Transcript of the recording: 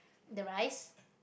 the rice